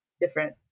different